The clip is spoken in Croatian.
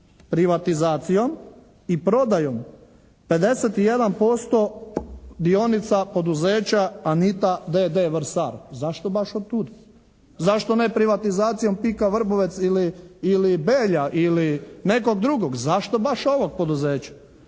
privatizacijom i prodajom 51% dionica poduzeća "Anita" d.d. Vrsar. Zašto baš od tud? Zašto ne privatizacijom "Pika" Vrbovec ili Belja ili nekog drugog? Zašto baš ovog poduzeća?